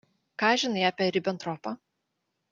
ką žinai apie ribentropą